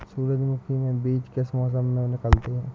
सूरजमुखी में बीज किस मौसम में निकलते हैं?